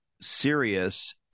serious